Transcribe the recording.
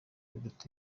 biruta